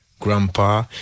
Grandpa